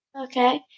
Okay